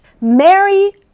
Mary